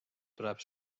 tuleb